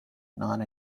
non